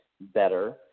better